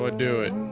but do it?